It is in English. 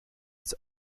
its